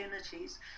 opportunities